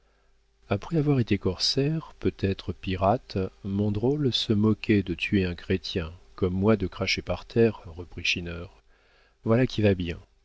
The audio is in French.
après avoir été corsaire peut-être pirate mon drôle se moquait de tuer un chrétien comme moi de cracher par terre reprit schinner voilà qui va bien